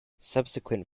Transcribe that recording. subsequent